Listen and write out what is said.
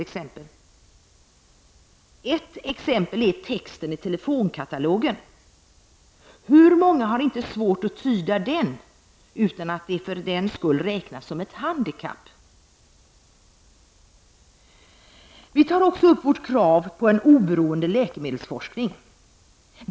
Ett exempel är texten i telefonkatalogen. Hur många har inte svårt att tyda den utan att det för den skull räknas som ett handikapp? Vi tar också upp vårt krav på en oberoende läkemedelsforskning.